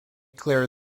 clear